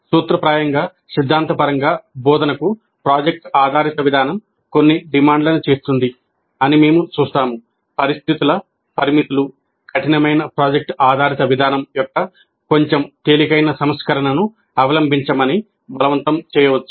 సూత్రప్రాయంగా సిద్ధాంతపరంగా బోధనకు ప్రాజెక్ట్ ఆధారిత విధానం కొన్ని డిమాండ్లను చేస్తుంది అని మేము చూస్తాము పరిస్థితుల పరిమితులు కఠినమైన ప్రాజెక్ట్ ఆధారిత విధానం యొక్క కొంచెం తేలికైన సంస్కరణను అవలంబించమని బలవంతం చేయవచ్చు